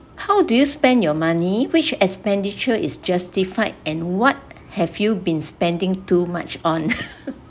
how do you spend your money which expenditure is justified and what have you been spending too much on